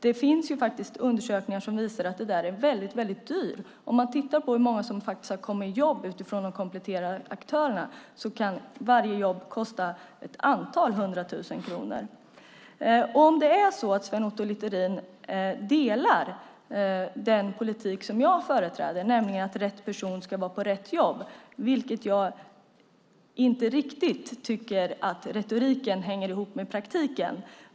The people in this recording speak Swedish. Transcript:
Det finns undersökningar som visar att det där är väldigt dyrt. Om man tittar på hur många som har kommit i jobb med hjälp av de kompletterande aktörerna ser man att varje jobb kan kosta ett antal hundra tusen kronor. Delar Sven Otto Littorin den uppfattning som jag företräder, nämligen att rätt person ska vara på rätt jobb? Jag tycker inte riktigt att retoriken hänger ihop med praktiken.